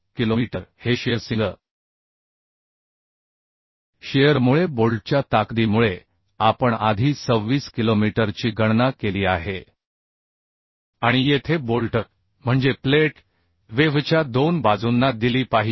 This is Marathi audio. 26 किलोमीटर हे 45 शिअर सिंगल शिअरमुळे बोल्टच्या ताकदीमुळे आपण आधी 26 किलोमीटरची गणना केली आहे आणि येथे बोल्ट म्हणजे प्लेट वेव्हच्या 2 बाजूंना दिली पाहिजे